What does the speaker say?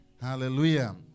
Hallelujah